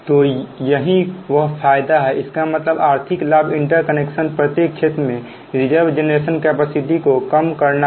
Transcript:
तो यही वह फायदा है इसका मतलब आर्थिक लाभ इंटरकनेक्शन प्रत्येक क्षेत्र में रिजर्व जेनरेशन कैपेसिटी को कम करना है